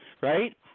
right